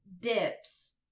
dips